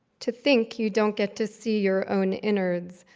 to think you don't get to see your own innards,